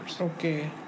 Okay